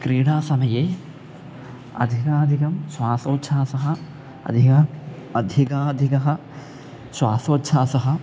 क्रीडासमये अधिकाधिकं श्वासोच्छ्वासः अधिकं अधिकाधिकः श्वासोच्छ्वासः